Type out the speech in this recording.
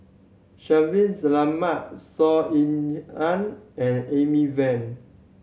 Shaffiq Selamat Saw Ean Ang and Amy Van